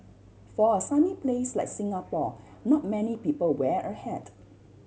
for a sunny place like Singapore not many people wear a hat